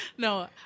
No